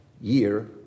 year